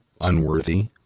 unworthy